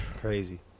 Crazy